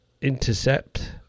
Intercept